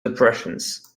depressions